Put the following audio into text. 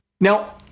Now